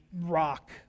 rock